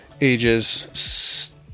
ages